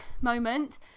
moment